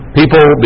people